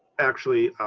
actually